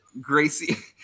Gracie